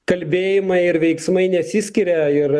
kalbėjimai ir veiksmai nesiskiria ir